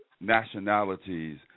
nationalities